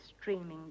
streaming